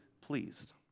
pleased